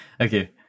Okay